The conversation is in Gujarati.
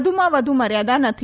વધુમાં વધુ મર્યાદા નથી